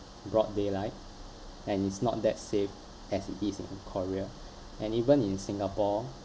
broad daylight and it's not that safe as it is in korea and even in singapore